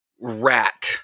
rat